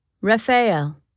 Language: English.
Raphael